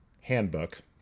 handbook